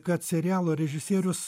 kad serialo režisierius